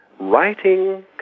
Writing